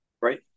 Right